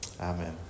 Amen